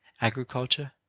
agriculture,